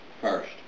first